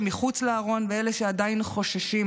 אלה שמחוץ לארון ואלה שעדיין חוששים,